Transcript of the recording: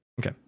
Okay